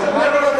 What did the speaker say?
אחרי מעצר אנשיה,